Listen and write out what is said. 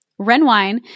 Renwine